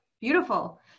Beautiful